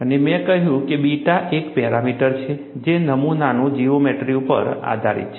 અને મેં કહ્યું કે બીટા એક પેરામીટર છે જે નમૂનાની જીઓમેટ્રી ઉપર આધારિત છે